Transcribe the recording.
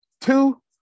Two